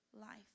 life